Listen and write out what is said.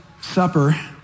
Supper